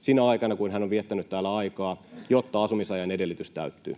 sinä aikana, kun hän on viettänyt täällä aikaa, jotta asumisajan edellytys täyttyy.